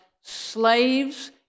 slaves